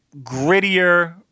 grittier